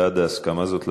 הוא בעד ההסכמה הזאת,